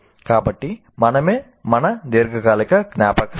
కాబట్టి మనమే మన దీర్ఘకాలిక జ్ఞాపకశక్తి